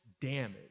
damage